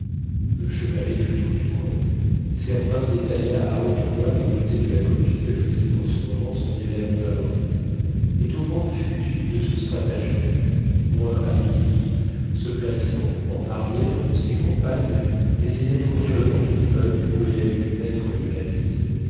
le chevalet fut entouré servin détailla à haute voix les beautés de la copie que faisait en ce moment son élève favorite et tout le monde fut dupe de ce stratagème moins amélie qui se plaçant en arrière de ses compagnes essaya d'ouvrir le portefeuille où elle avait vu mettre le lavis